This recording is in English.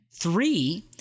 three